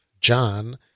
John